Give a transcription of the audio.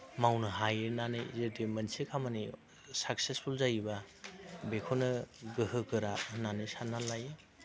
मावनो हाहैनानै जुदि मोनसे खामानि साक्सेसफुल जायोबा बेखौनो गोहो गोरा होननानै साननानै लायो